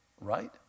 right